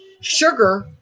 sugar